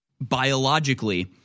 biologically